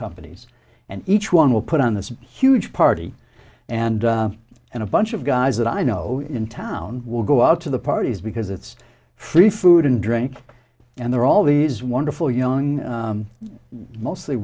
companies and each one will put on this huge party and and a bunch of guys that i know in town will go out to the parties because it's free food and drink and there are all these wonderful young mostly